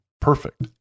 perfect